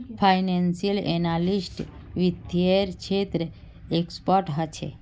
financial analyst वित्त्तेर क्षेत्रत expert ह छे